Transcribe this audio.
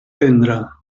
tendra